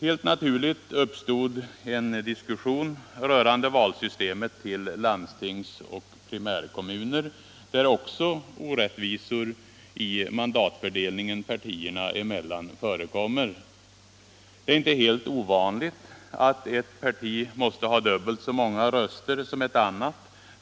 Helt naturligt uppstod en diskussion rörande systemet för val till landstingsoch primärkommuner, där orättvisor i mandatfördelningen partierna emellan också förekommer. Det är inte helt ovanligt att ett parti måste ha dubbelt så många röster som ett annat